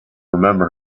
remember